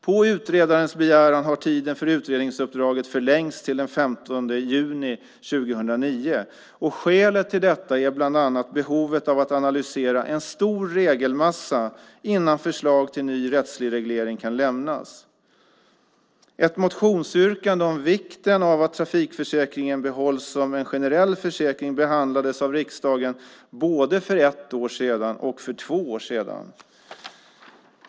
På utredarens begäran har tiden för utredningsuppdraget förlängts till den 15 juni 2009, och skälet till detta är bland annat behovet av att analysera en stor regelmassa innan förslag till ny rättslig reglering kan lämnas. Ett motionsyrkande om vikten av att trafikförsäkringen behålls som en generell försäkring behandlades av riksdagen både för ett år sedan och för två år sedan.